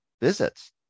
visits